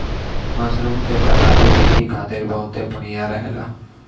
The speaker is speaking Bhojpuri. मशरूम के तरकारी देहि खातिर बहुते बढ़िया रहेला